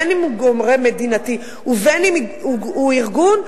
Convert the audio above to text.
בין שהוא גורם מדינתי ובין שהוא ארגון,